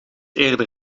eerder